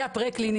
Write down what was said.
הדבר הראשון,